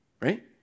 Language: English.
right